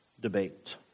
debate